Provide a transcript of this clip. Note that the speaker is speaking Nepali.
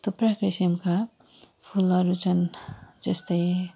थुप्रै किसिमका फुलहरू छन् जस्तै